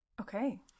Okay